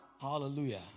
Hallelujah